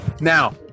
Now